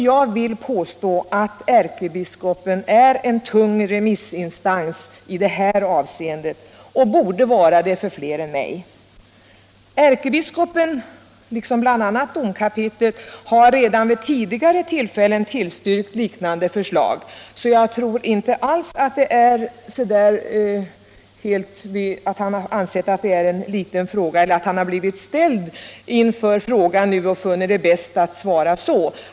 Jag vill påstå att ärkebiskopen är en tung remissinstans i detta avseende, och borde vara det för fler än mig. Ärkebiskopen, liksom bl.a. domkapitlet i Uppsala, har redan vid tidigare tillfällen tillstyrkt liknande förslag, och jag tror inte alls att det är därför att han anser att det är en liten fråga eller därför att han nu blivit ställd inför frågan och funnit det bäst att svara så.